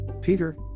Peter